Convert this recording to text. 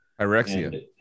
Irexia